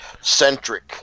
centric